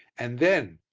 and then,